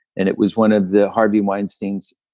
and it was one of the harvey weinstein's